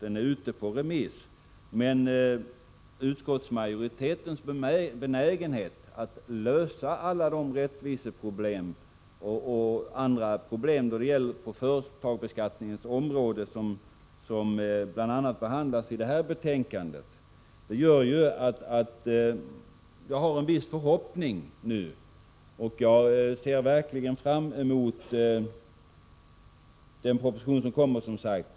Den är ute på remiss, men utskottsmajoritetens benägenhet att lösa alla de rättviseproblem och andra problem på företagsbeskattningens område som behandlas i det här betänkandet gör att jag nu har en viss förhoppning. Jag ser som sagt verkligen fram emot den proposition som kommer.